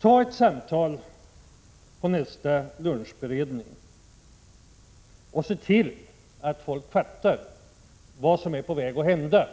Ta upp ett samtal i regeringen vid nästa lunchberedning, och se till att folk fattar vad som är på väg att hända